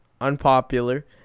unpopular